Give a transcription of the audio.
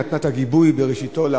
היא נתנה את הגיבוי לחוק הזה בראשיתו.